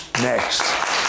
Next